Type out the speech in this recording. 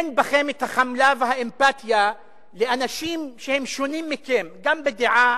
אין בכם החמלה והאמפתיה לאנשים שהם שונים מכם גם בדעה,